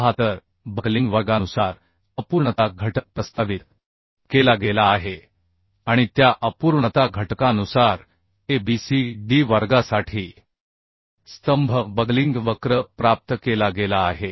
76 तर बकलिंग वर्गानुसार अपूर्णता घटक प्रस्तावित केला गेला आहे आणि त्या अपूर्णता घटकानुसार ए बी सी डी वर्गासाठी स्तंभ बकलिंग वक्र प्राप्त केला गेला आहे